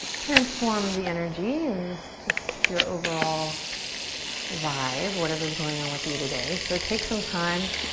transform the energy and just your overall vibe. whatever's going on with you today. so take some time,